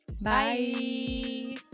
Bye